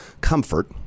comfort